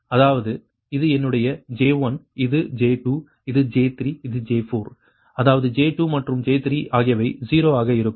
அதாவது இது என்னுடைய J1 இது J2 இது J3 இது J4 அதாவது J2 மற்றும் J3 ஆகியவை 0 ஆக இருக்கும்